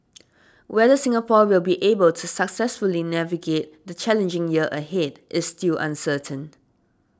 whether Singapore will be able to successfully navigate the challenging year ahead is still uncertain